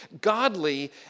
godly